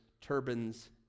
turbans